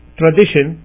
tradition